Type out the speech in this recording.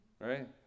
right